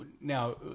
now